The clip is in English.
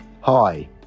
Hi